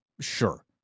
Sure